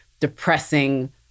depressing